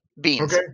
beans